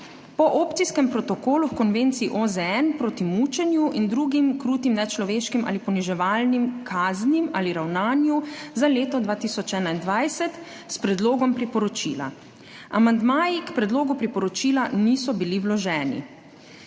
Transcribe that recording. po Opcijskem protokolu h Konvenciji OZN proti mučenju in drugim krutim, nečloveškim ali poniževalnim kaznim ali ravnanju za leto 2021, s Predlogom priporočila. Amandmaji k predlogu priporočila niso bili vloženi.